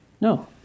No